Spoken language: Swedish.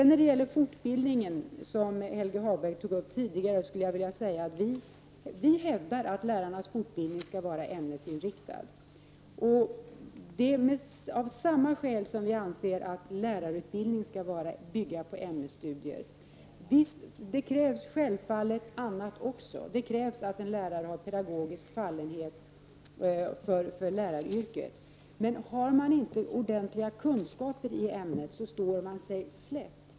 När det gäller fortbildningen, som Helge Hagberg tog upp tidigare, skulle jag vilja säga att vi hävdar att lärarnas fortbildning skall vara ämnesinriktad, av samma skäl som vi anser att lärarutbildning skall bygga på ämnesstudier. Det krävs självfallet annat också. Det krävs att en lärare har pedagogisk fallenhet för läraryrket, men har man inte ordentliga kunskaper i ämnet står man sig slätt.